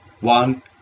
one